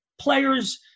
players